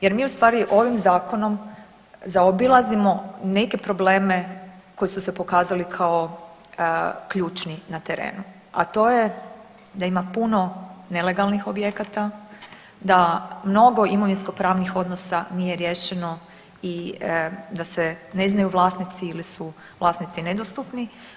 Jer mi u stvari ovim zakonom zaobilazimo neke probleme koji su se pokazali kao ključni na terenu, a to je da ima puno nelegalnih objekata, da mnogo imovinsko-pravnih odnosa nije riješeno i da se ne znaju vlasnici ili su vlasnici nedostupni.